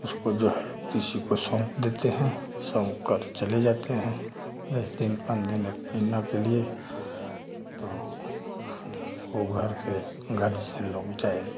उसको जो है किसी को सौंप देते हैं सौंप कर चले जाते हैं दस दिन पाँच दिन एक महीना के लिए तो वह घर से घर से लोग जाए